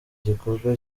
gikorwa